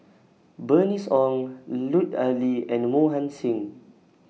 Bernice Ong Lut Ali and Mohan Singh